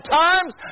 times